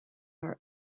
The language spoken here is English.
are